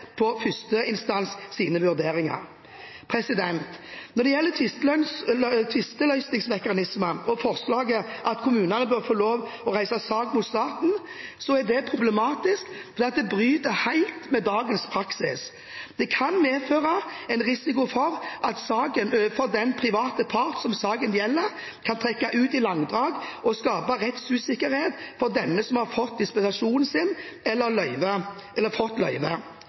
på førsteinstansens vurderinger. Når det gjelder tvisteløsningsmekanismer og forslaget om at kommunene bør få lov til å reise sak mot staten, er det problematisk fordi det bryter helt med dagens praksis. Det kan medføre en risiko for at saken overfor den private part som saken gjelder, kan trekke ut i langdrag og skape rettsusikkerhet for den som har fått dispensasjon eller løyve, og en gjør kommunene til motpart overfor enkeltindivider, noe som er problematisk i forholdet eller